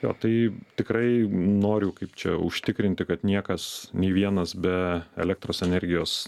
jo tai tikrai noriu kaip čia užtikrinti kad niekas nei vienas be elektros energijos